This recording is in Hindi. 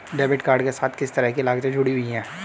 डेबिट कार्ड के साथ किस तरह की लागतें जुड़ी हुई हैं?